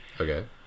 Okay